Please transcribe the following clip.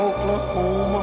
Oklahoma